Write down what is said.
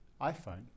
iPhone